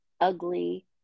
ugly